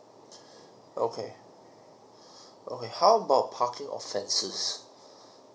okay okay how about parking offences